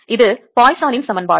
இது பாய்சனின் சமன்பாடு